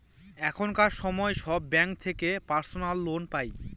এখনকার সময় সব ব্যাঙ্ক থেকে পার্সোনাল লোন পাই